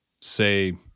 say